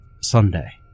Sunday